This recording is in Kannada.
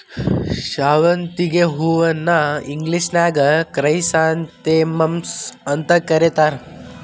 ಶಾವಂತಿಗಿ ಹೂವನ್ನ ಇಂಗ್ಲೇಷನ್ಯಾಗ ಕ್ರೈಸಾಂಥೆಮಮ್ಸ್ ಅಂತ ಕರೇತಾರ